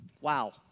Wow